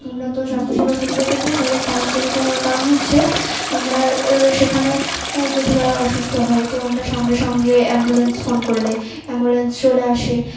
উন্নত স্বাস্থ্যসেবার সুবিধা পেতে শহরে স্থানান্তরিত হওয়ার কারণ হচ্ছে আমরা সেখানে যদি কারো অসুস্থ হয় তো আমরা সঙ্গে সঙ্গে অ্যাম্বুলেন্স ফোন করলে অ্যাম্বুলেন্স চলে আসে